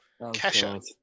Kesha